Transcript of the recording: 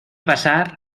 pasar